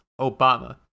obama